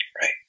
Right